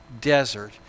desert